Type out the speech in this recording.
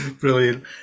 Brilliant